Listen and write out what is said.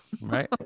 Right